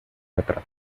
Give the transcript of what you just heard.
retrato